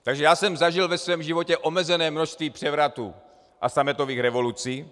Takže já jsem zažil ve svém životě omezené množství převratů a sametových revolucí.